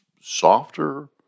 softer